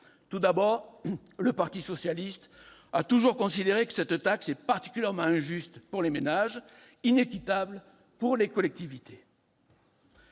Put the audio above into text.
Tout d'abord, le parti socialiste a toujours considéré que cette taxe était particulièrement injuste pour les ménages et inéquitable pour les collectivités.